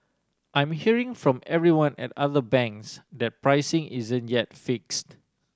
I'm hearing from everyone at other banks that pricing isn't yet fixed